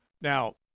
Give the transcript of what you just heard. now